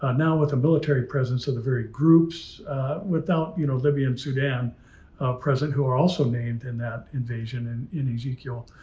ah now with a military presence of the very groups without, you know, libya and sudan present, who are also named in that invasion and in ezekiel.